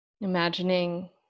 Imagining